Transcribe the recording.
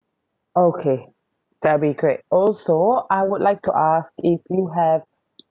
okay that'll be great also I would like to ask if you have